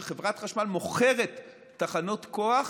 שחברת חשמל מוכרת תחנות כוח